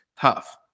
tough